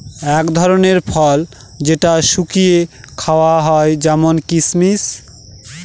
এক ধরনের ফল যেটা শুকিয়ে খাওয়া হয় যেমন কিসমিস